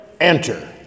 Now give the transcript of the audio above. enter